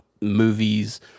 movies